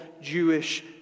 Jewish